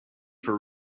for